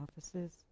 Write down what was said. offices